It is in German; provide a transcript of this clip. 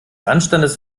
anstandes